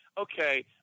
okay